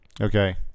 Okay